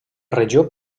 regió